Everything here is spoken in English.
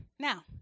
Now